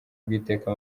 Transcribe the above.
bw’iteka